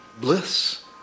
bliss